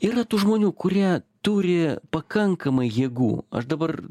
yra tų žmonių kurie turi pakankamai jėgų aš dabar